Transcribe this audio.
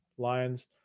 Lions